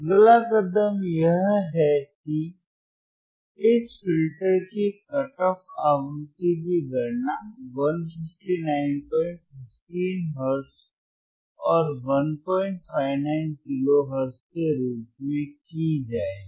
अगला कदम यह है कि इस फिल्टर की कट ऑफ आवृत्तियों की गणना 15915 हर्ट्ज और 159 किलो हर्ट्ज के रूप में की जाएगी